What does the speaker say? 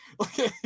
okay